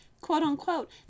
quote-unquote